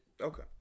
Okay